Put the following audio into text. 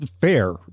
fair